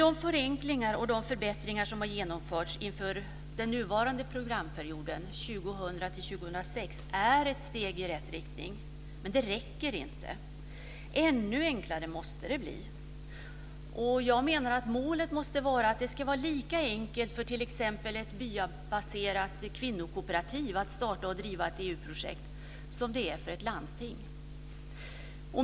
De förenklingar och förbättringar som har genomförts inför den nuvarande programperioden 2000 2006 är steg i rätt riktning, men det räcker inte. Det måste bli ännu enklare. Jag menar att målet måste vara att det ska vara lika enkelt för t.ex. ett byabaserat kvinnokooperativ att starta och driva ett EU-projekt som det är för ett landsting.